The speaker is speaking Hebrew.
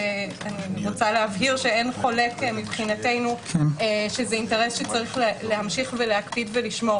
שאין חולק מבחינתנו שזה אינטרס שצריך להמשיך להקפיד ולשמור